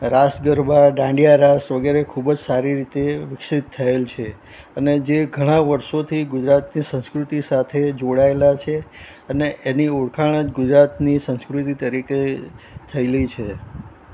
રાસ ગરબા ડાંડિયા રાસ વગેરે ખૂબ જ સારી રીતે વિકસિત થયેલ છે અને જે ઘણાં વર્ષોથી ગુજરાતની સંસ્કૃતિ સાથે જોડાયેલાં છે અને એની ઓળખાણ જ ગુજરાતની સંસ્કૃતિ તરીકે થયેલી છે